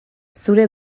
zure